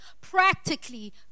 practically